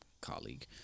colleague